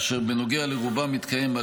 אני יכול לתת כאן אין-ספור דוגמאות,